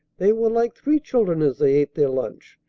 they were like three children as they ate their lunch,